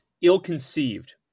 ill-conceived